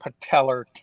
patellar